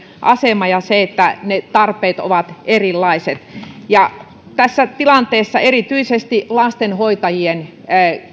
asema ja se että ne tarpeet ovat erilaiset ja tässä tilanteessa erityisesti lastenhoitajien